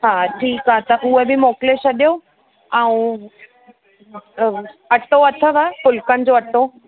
हा ठीकु आहे त उहे बि मोकिले छॾियो ऐं अटो अथव फुल्कनि जो अटो